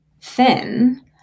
thin